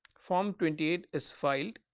form twenty eight is filed,